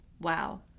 Wow